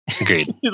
Agreed